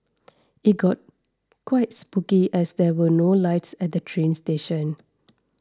it got quite spooky as there were no lights at the train station